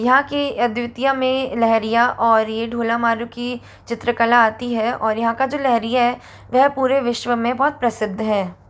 यहाँ की अद्वितीय में लेहरिया और ये ढोलामारु की चित्रकला आती है और यहाँ का जो लेहरिया है वह पूरे विश्व में बहुत प्रसिद्ध है